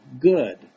good